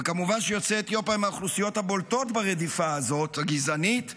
וכמובן שיוצאי אתיופיה הם מהאוכלוסיות הבולטות ברדיפה הגזענית הזאת,